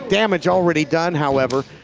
damage already done, however.